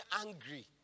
angry